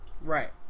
Right